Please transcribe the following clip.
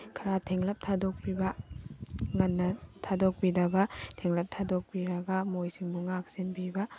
ꯈꯔ ꯊꯦꯡꯂꯞ ꯊꯥꯗꯣꯛꯄꯤꯕ ꯉꯟꯅ ꯊꯥꯗꯣꯛꯄꯤꯗꯕ ꯊꯦꯡꯂꯞ ꯊꯥꯗꯣꯛꯄꯤꯔꯒ ꯃꯈꯣꯏꯁꯤꯡꯕꯨ ꯉꯥꯛ ꯁꯦꯟꯕꯤꯕ